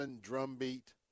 drumbeat